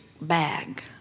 bag